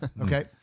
okay